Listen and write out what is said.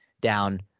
down